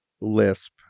lisp